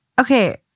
Okay